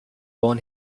born